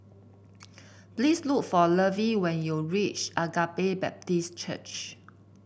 please look for Lovie when you reach Agape Baptist Church